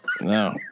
No